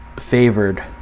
favored